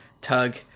Tug